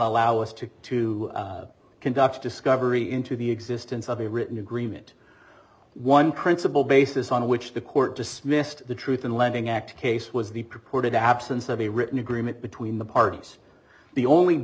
allow us to to conduct discovery into the existence of a written agreement one principle basis on which the court dismissed the truth in lending act case was the purported absence of a written agreement between the parties the only